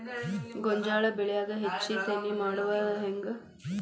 ಗೋಂಜಾಳ ಬೆಳ್ಯಾಗ ಹೆಚ್ಚತೆನೆ ಮಾಡುದ ಹೆಂಗ್?